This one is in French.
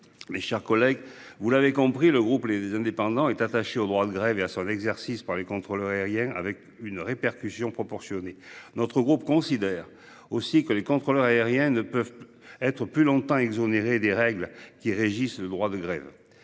Mes chers collègues, vous l'avez compris, le groupe Les Indépendants est attaché au droit de grève et à son exercice par les contrôleurs aériens, dès lors que les répercussions sont proportionnées. Les contrôleurs aériens ne peuvent pas être plus longtemps exonérés des règles qui régissent le droit de grève.